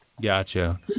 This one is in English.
Gotcha